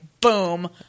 boom